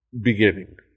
beginning